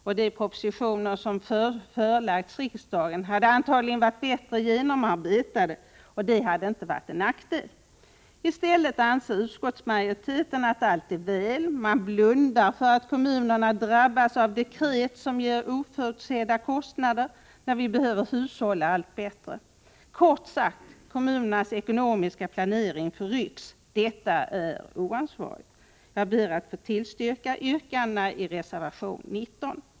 Och de propositioner som förelagts riksdagen hade antagligen varit bättre bearbetade, och det hade inte varit till nackdel. I stället anser utskottsmajoriteten att allt är väl. Man blundar för att kommunerna drabbas av dekret som ger oförutsedda kostnader, när vi behöver hushålla allt bättre. Kort sagt: kommunernas ekonomiska planering förrycks. Detta är oansvarigt. Jag ber att få tillstyrka yrkandena i reservation 19.